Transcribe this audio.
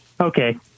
Okay